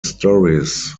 stories